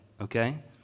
okay